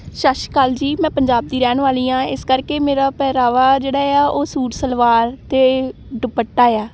ਸਤਿ ਸ਼੍ਰੀ ਅਕਾਲ ਜੀ ਮੈਂ ਪੰਜਾਬ ਦੀ ਰਹਿਣ ਵਾਲੀ ਹਾਂ ਇਸ ਕਰਕੇ ਮੇਰਾ ਪਹਿਰਾਵਾ ਜਿਹੜਾ ਆ ਉਹ ਸੂਟ ਸਲਵਾਰ ਅਤੇ ਦੁਪੱਟਾ ਆ